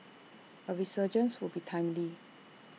A resurgence would be timely